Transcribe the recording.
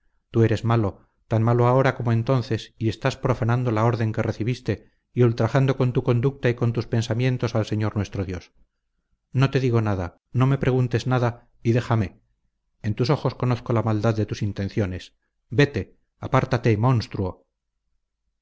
tú eres malo tan malo ahora como entonces y estás profanando la orden que recibiste y ultrajando con tu conducta y con tus pensamientos al señor nuestro dios no te digo nada no me preguntes nada y déjame en tus ojos conozco la maldad de tus intenciones vete apártate monstruo